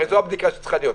הרי זו הבדיקה שצריכים.